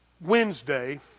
Wednesday